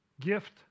gift